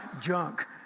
junk